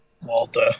Walter